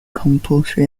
compulsory